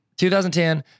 2010